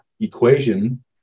equation